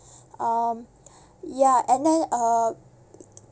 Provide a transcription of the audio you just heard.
um ya and then uh